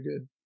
good